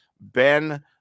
Ben